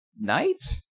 Knight